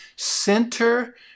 Center